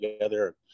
together